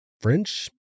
French